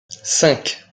cinq